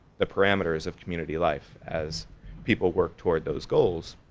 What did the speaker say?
the parameters of community life as people work toward those goals.